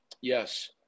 Yes